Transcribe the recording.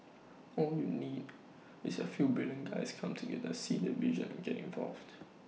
all you need is A few brilliant guys come together see the vision and get involved